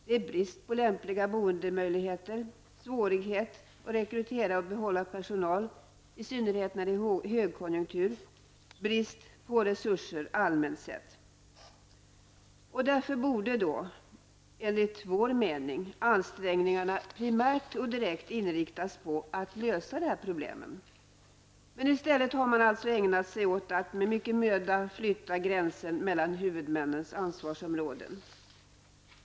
Det är brist på lämpliga boendemöjligheter, svårighet att rekrytera och behålla personal, i synnerhet vid högkonjunktur, och brist på resurser allmänt sett. Därför borde, enligt vår mening, ansträngningarna primärt och direkt inriktas på att lösa dessa problem. Men i stället har man alltså ägnat sig åt att med mycken möda flytta gränsen mellan huvudmännens ansvarsområden.